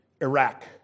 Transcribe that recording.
Iraq